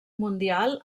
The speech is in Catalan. mundial